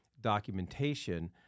documentation